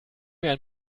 ein